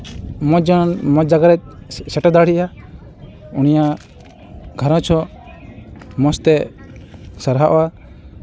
ᱢᱚᱡᱽ ᱡᱮᱱᱚ ᱢᱚᱡᱽ ᱡᱟᱭᱜᱟ ᱨᱮ ᱥᱮᱴᱮᱨ ᱫᱟᱲᱮᱭᱟᱜᱼᱟ ᱩᱱᱤᱭᱟᱜ ᱜᱷᱟᱨᱚᱸᱡᱽ ᱦᱚᱸ ᱢᱚᱡᱽ ᱛᱮ ᱥᱟᱨᱦᱟᱜᱼᱟ